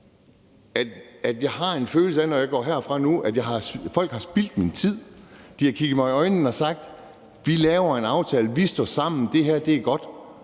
herfra, har en følelse af, at folk har spildt min tid. De har kigget mig i øjnene og har sagt, at vi laver en aftale, at vi står sammen, og at det her er godt,